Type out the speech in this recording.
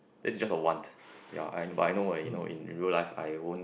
that's just a want ya and but I know uh know in real life I won't